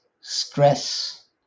stress